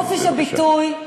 חופש הביטוי,